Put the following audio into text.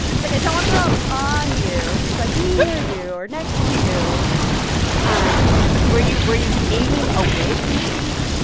it's like, i don't want to throw up on you just, like, near you or next to you um were you were you and aiming away from the feet?